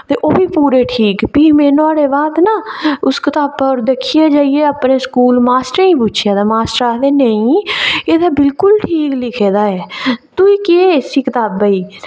ते ओह्बी पूरे ठीक भी में नुहाड़े बाद ना उस कताबै पर दिक्खियै ना स्कूल में अपने मास्टरें गी पुच्छेआ ते माश्टर आखदे नेईं एह् ते बिलकुल ठीक लिखे दा ऐ तो केह् ऐ इसी कताबै गी